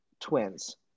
twins